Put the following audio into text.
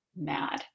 mad